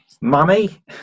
mummy